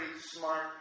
smart